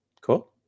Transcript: Cool